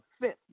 fifth